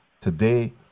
Today